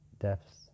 deaths